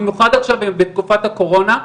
במיוחד עכשיו בתקופת הקורונה,